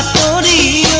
body